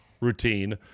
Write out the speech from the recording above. routine